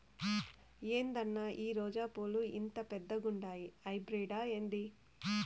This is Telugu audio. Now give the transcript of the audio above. ఏందన్నా ఈ రోజా పూలు ఇంత పెద్దగుండాయి హైబ్రిడ్ ఏంది